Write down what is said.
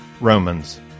Romans